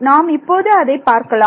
நாம் இப்போது அதை பார்க்கலாம்